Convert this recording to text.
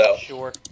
Sure